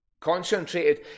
concentrated